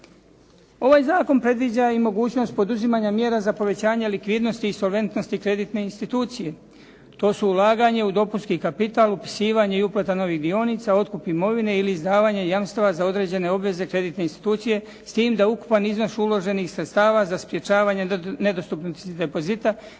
Ovaj zakon predviđa i mogućnost poduzimanja mjera za povećanje likvidnosti i solventnosti kreditne institucije. To su ulaganje u dopunski kapital, upisivanje i uplata novih dionica, otkup imovine ili izdavanje jamstava za određene obveze kreditne institucije s tim da ukupan iznos uloženih sredstava za sprečavanje nedostupnih depozita